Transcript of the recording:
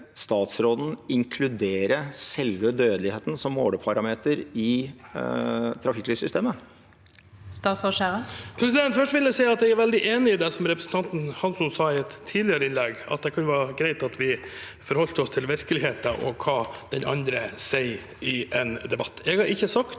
statsråden inkludere selve dødeligheten som måleparameter i trafikklyssystemet? Statsråd Bjørnar Skjæran Først vil jeg si at jeg er veldig enig i det representanten Hansson sa i et tidligere innlegg, at det kunne være greit at vi forholdt oss til virkeligheten og hva den andre sier i en debatt. Jeg har ikke sagt